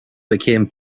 became